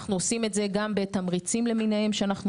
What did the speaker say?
אנחנו עושים את זה גם בתמריצים למיניהם שאנחנו